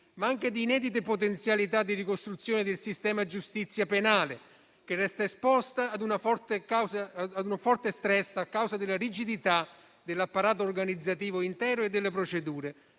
ma anche di inedite potenzialità di ricostruzione del sistema della giustizia penale, che resta esposta ad un forte stress a causa della rigidità dell'apparato organizzativo intero e delle procedure.